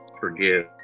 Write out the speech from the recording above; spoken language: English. forgive